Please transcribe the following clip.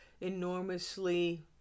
enormously